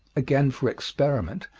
again for experiment,